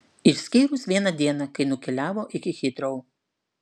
išskyrus vieną dieną kai nukeliavo iki hitrou